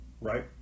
right